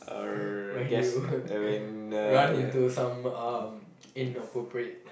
when you run into some uh inappropriate